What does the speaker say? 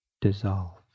dissolve